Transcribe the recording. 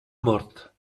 mort